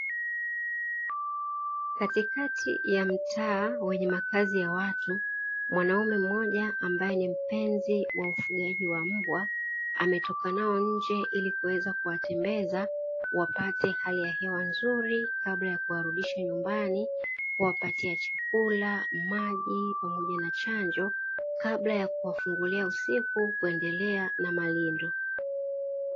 Katikati ya mtaa wenye makazi ya watu, mwanaume mmoja ambae ni mpenzi wa ufugaji wa mbwa ametoka nao nje ili kuweza kuwatembeza wapate hali ya hewa nzuri, kabla ya kuwarudisha nyumbani kuwapatia chakula, maji pamoja na chanjo kabla ya kuwafungulia usiku kuendelea na mawindo.